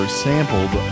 sampled